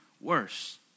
worse